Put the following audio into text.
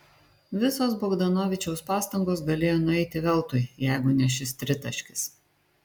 visos bogdanovičiaus pastangos galėjo nueiti veltui jeigu ne šis tritaškis